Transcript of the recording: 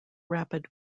rapid